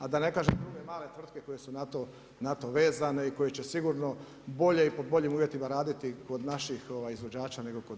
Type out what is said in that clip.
A da ne kažem druge male tvrtke koje su na to vezane i koje će sigurno bolje i pod boljim uvjetima raditi kod naših izvođača nego kod